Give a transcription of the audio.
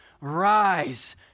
rise